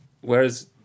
Whereas